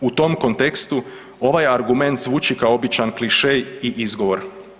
U tom kontekstu ovaj argument zvuči kao običan klišej i izgovor.